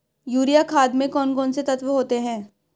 Urea खाद में कौन कौन से तत्व होते हैं?